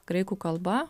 graikų kalba